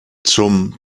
zum